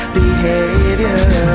behavior